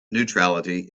neutrality